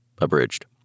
abridged